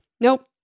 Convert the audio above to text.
Nope